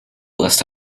list